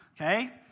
Okay